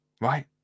right